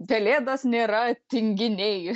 pelėdos nėra tinginiai